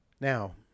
Now